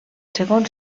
segon